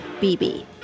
bb